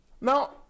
Now